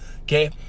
Okay